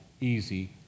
easy